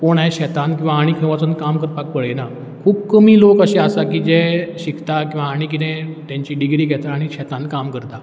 कोण आयज शेतान किंवां आनी खंय वचोन काम करपाक पळयना खूब कमी लोक अशें आसा की जे शिकता किंवां आनी कितें तेंची डिग्री घेता आनी शेतान काम करता